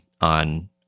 on